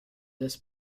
this